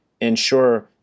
ensure